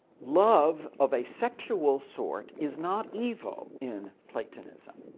love of a sexual sort is not evil in platonism.